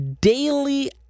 daily